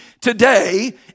Today